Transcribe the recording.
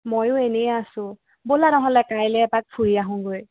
ময়ো এনেই আছো ব'লা নহ'লে কাইলৈ এপাক ফুৰি আহোগৈ